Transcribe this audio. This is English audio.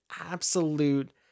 absolute